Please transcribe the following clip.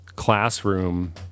Classroom